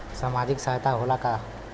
सामाजिक सहायता होला का?